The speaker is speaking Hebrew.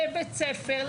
לבית ספר,